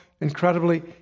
incredibly